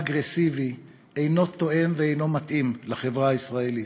אגרסיבי, אינו תואם ואינו מתאים לחברה הישראלית.